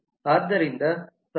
ಆದ್ದರಿಂದ ಸಹಯೋಗ ಇಲ್ಲಿದೆ